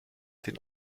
den